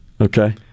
Okay